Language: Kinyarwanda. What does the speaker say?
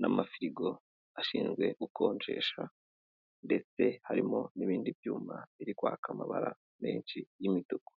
n'amafirigo ashinzwe gukonjesha ndetse harimo n'ibindi byuma biri kwaka amabara menshi y'imituku.